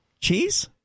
Cheese